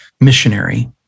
missionary